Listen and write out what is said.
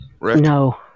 No